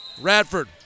Radford